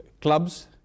clubs